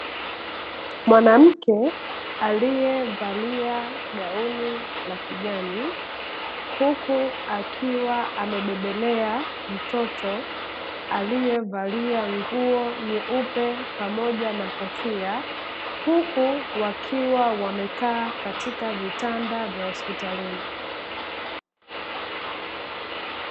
Mwanamke aliyevalia gauni, huku akiwa amebebelea mtoto, aliyevalia nguo nyeupe pamoja na kofia, huku wakiwa wamekaa katika vitanda vya hospitalini.